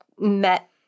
met